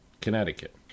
Connecticut